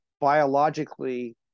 biologically